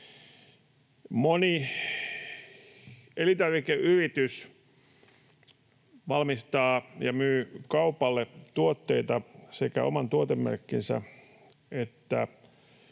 Moni elintarvikeyritys valmistaa ja myy kaupalle tuotteita sekä kaupan oman tuotemerkin että